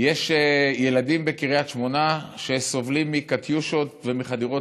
יש ילדים בקריית שמונה שסובלים מקטיושות ומחדירות